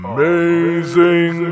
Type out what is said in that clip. Amazing